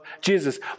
Jesus